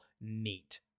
neat